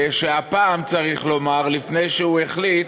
שהפעם, צריך לומר, לפני שהוא החליט